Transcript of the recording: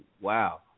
wow